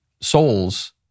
souls